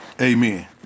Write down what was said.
Amen